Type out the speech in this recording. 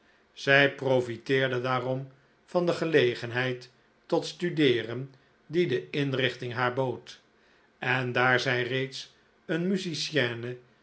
zij proflteerde daarom van de gelegenheid tot studeeren die de inrichting haar bood en daar zij reeds een musicienne